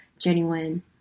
genuine